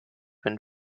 been